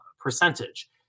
percentage